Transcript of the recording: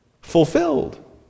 Fulfilled